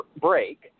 break